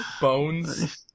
Bones